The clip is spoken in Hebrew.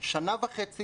שנה וחצי